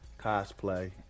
cosplay